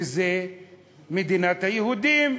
שזה מדינת היהודים,